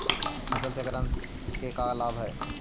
फसल चक्रण के का लाभ हई?